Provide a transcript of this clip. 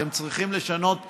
אתם צריכים לשנות כיוון,